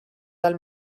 dal